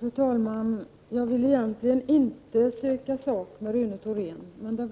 Fru talman! Jag vill egentligen inte söka sak med Rune Thorén. Men